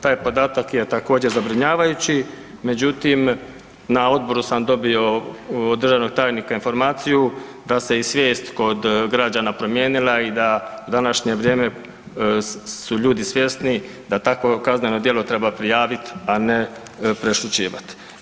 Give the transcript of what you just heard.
Taj podatak je također zabrinjavajući, međutim na odboru sam dobio od državnog tajnika informaciju da se i svijest kod građana promijenila i da današnje vrijeme su ljudi svjesni da takvo kazneno djelo treba prijavit, a ne prešućivat.